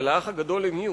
אבל לאח הגדול הן יהיו,